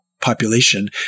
population